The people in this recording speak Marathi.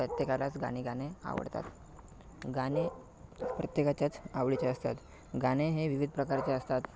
प्रत्येकालाच गाणे गाणे आवडतात गाणे प्रत्येकाच्याच आवडीचे असतात गाणे हे विविध प्रकारचे असतात